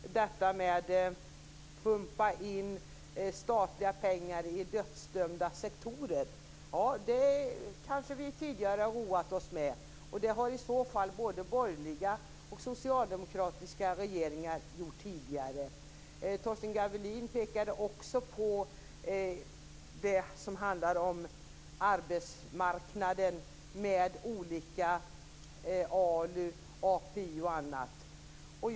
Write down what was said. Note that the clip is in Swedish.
Fru talman! Jag sade inte att läget på arbetsmarknaden var bra i mitt inledningsanförande. Jag utvecklade detta i ett inlägg till Göran Hägglund. Jag pekade då på att jag inte var nöjd. Men vårt mål med att halvera den öppna arbetslösheten fram till år 2000 står fast för socialdemokratin. Jag lyssnade också mycket noggrant på vad Torsten Gavelin pekade på. Han talade bl.a. om att pumpa in statliga pengar i dödsdömda sektorer. Det kanske vi tidigare har roat oss med, och det har i så fall både borgerliga och socialdemokratiska regeringar gjort tidigare. Torsten Gavelin pekade också på ALU, API och annat som finns på arbetsmarknaden.